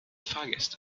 fahrgäste